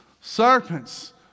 serpents